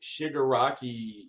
Shigaraki